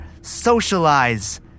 socialize